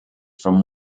from